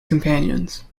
companions